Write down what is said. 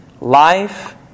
Life